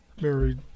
married